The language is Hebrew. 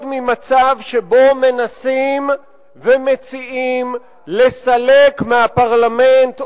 ממצב שבו מנסים ומציעים לסלק מהפרלמנט,